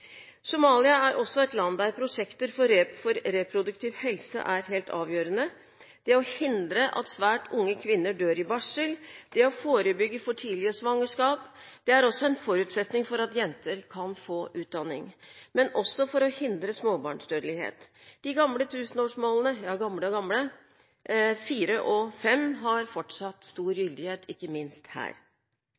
Somalia er også et land der prosjekter for reproduktiv helse er helt avgjørende – det å hindre at svært unge kvinner dør i barsel, det å forebygge for tidlige svangerskap. Dette er også en forutsetning for at jenter kan få utdanning, men også for å hindre småbarnsdødelighet. De gamle tusenårsmålene – ja, gamle og gamle – 4 og 5 har fortsatt stor gyldighet, ikke minst her.